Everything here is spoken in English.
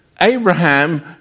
Abraham